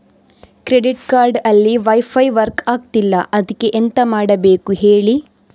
credit card ಅಲ್ಲಿ wifi work ಆಗ್ತಿಲ್ಲ ಅದ್ಕೆ ಎಂತ ಮಾಡಬೇಕು ಹೇಳಿ